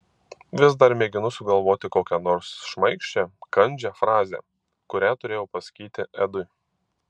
vis dar mėginu sugalvoti kokią nors šmaikščią kandžią frazę kurią turėjau pasakyti edui